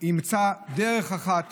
אימצה דרך אחת